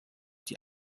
die